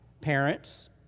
Parents